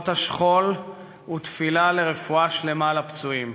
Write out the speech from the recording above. השכול ותפילה לרפואה שלמה לפצועים.